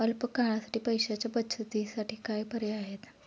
अल्प काळासाठी पैशाच्या बचतीसाठी काय पर्याय आहेत?